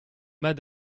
mat